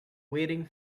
waiting